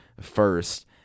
first